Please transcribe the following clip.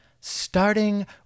Starting